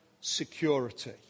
security